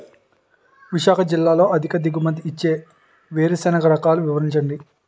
విశాఖ జిల్లాలో అధిక దిగుమతి ఇచ్చే వేరుసెనగ రకాలు వివరించండి?